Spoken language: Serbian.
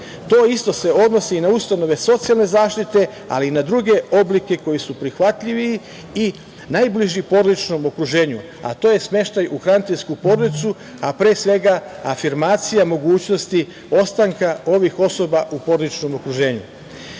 To isto se odnosi i na ustanove socijalne zaštite, ali i na druge oblike koji su prihvatljiviji i najbliži porodičnom okruženju, a to je smeštaj u hraniteljsku porodicu, a pre svega afirmacija mogućnosti ostanka ovih osoba u porodičnom okruženju.